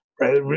right